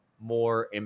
more